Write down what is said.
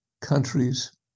countries